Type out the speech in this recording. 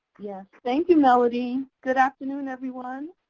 yes. thank you melody. good afternoon everyone.